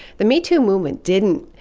the me too movement didn't